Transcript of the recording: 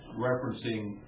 referencing